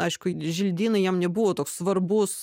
aišku želdynai jam nebuvo toks svarbus